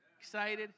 Excited